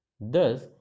Thus